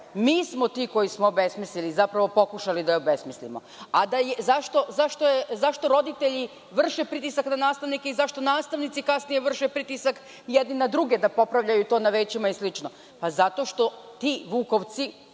Mi smo ti koji smo je obesmismislili, zapravo pokušali da je obesmislimo.Zašto roditelji vrše pritisak na nastavnike i zašto nastavnici kasnije vrše pritisak jedni na druge da popravljaju to na većima i slično? Pa, zato što ti vukovci